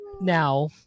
now